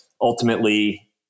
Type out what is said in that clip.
ultimately